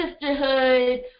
sisterhood